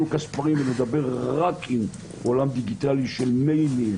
כספרים ולדבר רק עם עולם דיגיטלי של מיילים